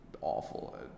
awful